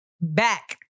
back